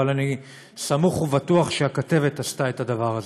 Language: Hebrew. אבל אני סמוך ובטוח שהכתבת עשתה את הדבר הזה.